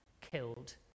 killed